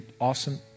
awesome